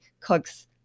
cooks